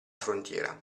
frontiera